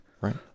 right